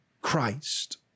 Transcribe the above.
Christ